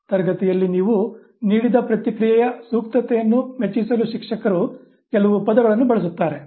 ತರಗತಿಯಲ್ಲಿ ನೀವು ನೀಡಿದ ಪ್ರತಿಕ್ರಿಯೆಯ ಸೂಕ್ತತೆಯನ್ನು ಮೆಚ್ಚಿಸಲು ಶಿಕ್ಷಕರು ಕೆಲವು ಪದಗಳನ್ನು ಬಳಸುತ್ತಾರೆ